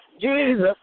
Jesus